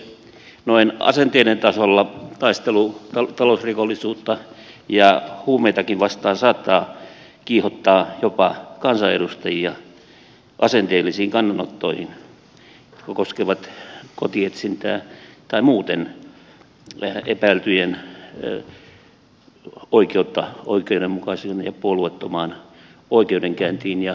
noin asenteiden tasolla taistelu talousrikollisuutta ja huumeitakin vastaan saattaa kiihottaa jopa kansanedustajia asenteellisiin kannanottoihin jotka koskevat kotietsintää tai muuten epäiltyjen oikeutta oikeudenmukaiseen ja puolueettomaan oikeudenkäyntiin ja tutkintaan